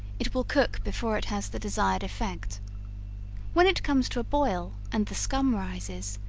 it will cook before it has the desired effect when it comes to a boil, and the scum rises,